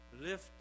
lift